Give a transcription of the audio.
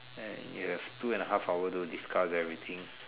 and you have two and a half hour to discuss everything